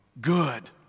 good